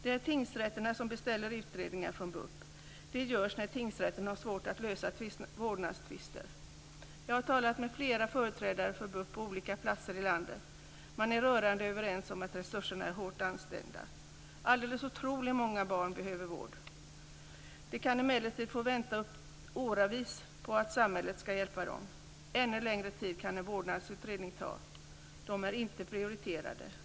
Det är tingsrätterna som beställer utredningar från BUP. Det görs när tingsrätten har svårt att lösa vårdnadstvister. Jag har talat med flera företrädare för BUP på olika platser i landet. Man är rörande överens om att resurserna är hårt ansträngda. Alldeles otroligt många barn behöver vård. De kan emellertid få vänta åravis på att samhället ska hjälpa dem. Ännu längre tid kan en vårdnadsutredning ta. De är inte prioriterade.